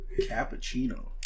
Cappuccino